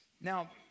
Now